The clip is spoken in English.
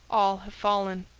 all have fallen.